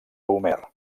homer